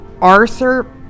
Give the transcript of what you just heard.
Arthur